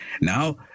Now